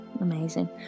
Amazing